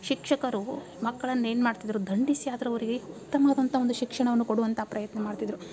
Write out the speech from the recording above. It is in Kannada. ಶಿಕ್ಷಕರು ಮಕ್ಕಳನ್ನು ಏನು ಮಾಡ್ತಿದ್ದರು ದಂಡಿಸಿ ಆದರೂ ಅವರಿಗೆ ಉತ್ತಮವಾದಂಥ ಒಂದು ಶಿಕ್ಷಣವನ್ನು ಕೊಡುವಂಥ ಪ್ರಯತ್ನ ಮಾಡ್ತಿದ್ದರು